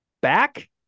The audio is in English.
back